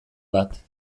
bat